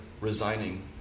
resigning